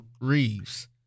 Reeves